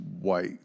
white